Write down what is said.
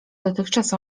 dotychczas